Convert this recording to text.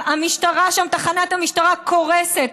תחנת המשטרה שם קורסת.